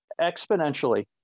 Exponentially